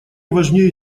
важнее